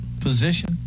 position